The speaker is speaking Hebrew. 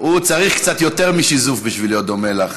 הוא צריך קצת יותר משיזוף בשביל להיות דומה לך,